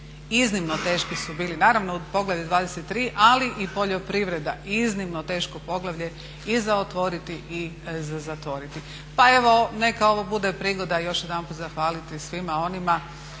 iznimno teški su bili. Naravno u poglavlju XXIII. ali i poljoprivreda, iznimno teško poglavlje i za otvoriti i za zatvoriti. Pa evo neka ovo bude prigoda još jedanputa zahvaliti svima onima,